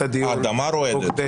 האדמה רועדת.